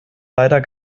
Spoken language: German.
leider